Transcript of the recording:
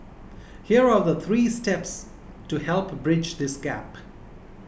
here are the three steps to help bridge this gap